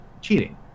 cheating